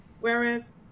whereas